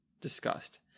discussed